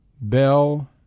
Bell